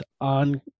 on